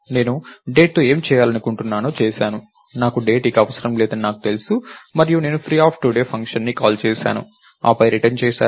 నేను డేట్తో ఏమి చేయాలనుకుంటున్నానో చేసాను నాకు డేట్ ఇక అవసరం లేదని నాకు తెలుసు మరియు నేను free ఫంక్షన్ ని కాల్ చేశాను ఆపై రిటర్న్ చేశాను